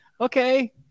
okay